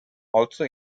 also